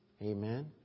Amen